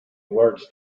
words